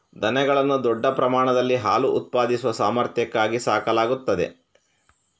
ದನಗಳನ್ನು ದೊಡ್ಡ ಪ್ರಮಾಣದಲ್ಲಿ ಹಾಲು ಉತ್ಪಾದಿಸುವ ಸಾಮರ್ಥ್ಯಕ್ಕಾಗಿ ಸಾಕಲಾಗುತ್ತದೆ